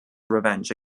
revenge